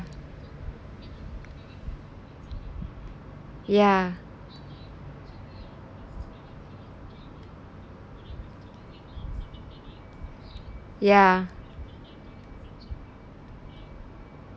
ya ya